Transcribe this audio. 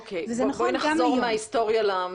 אוקיי, בואי נחזור מההיסטוריה למציאות.